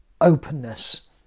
openness